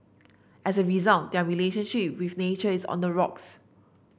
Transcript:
as a result their relationship with nature is on the rocks